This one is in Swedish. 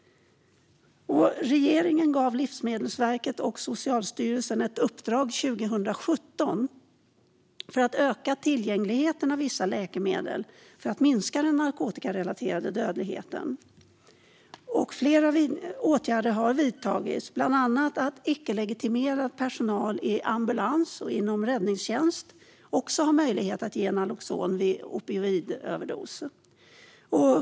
Regeringen gav 2017 Läkemedelsverket och Socialstyrelsen i uppdrag att öka tillgängligheten för vissa läkemedel för att minska den narkotikarelaterade dödligheten. Flera åtgärder har vidtagits. Bland annat har nu icke-legitimerad personal i ambulans och inom räddningstjänst också möjlighet att ge naloxon vid opioidöverdos.